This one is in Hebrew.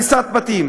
הריסת בתים.